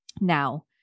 Now